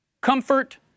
comfort